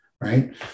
right